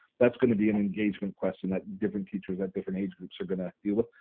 that's gonna be an engagement question that different teachers at different age groups are gonna deal with,